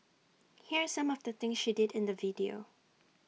here are some of the things she did in the video